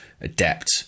adept